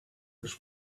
was